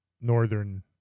northern